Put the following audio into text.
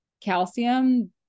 calcium